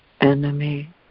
enemy